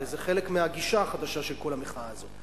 הרי זה חלק מהגישה החדשה של כל המחאה הזאת.